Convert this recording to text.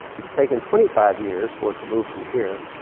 it's taken twenty five years for it to move from here,